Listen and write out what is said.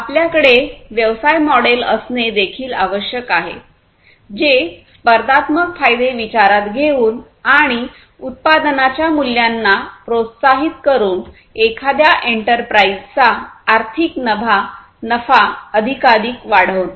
आपल्याकडे व्यवसाय मॉडेल असणे देखील आवश्यक आहे जे स्पर्धात्मक फायदे विचारात घेऊन आणि उत्पादनाच्या मूल्यांना प्रोत्साहित करून एखाद्या एंटरप्राइझचा आर्थिक नफा अधिकाधिक वाढवते